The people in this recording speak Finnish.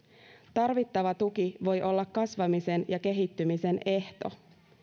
tarvittava tuki voi olla kasvamisen ja kehittymisen ehto